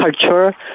culture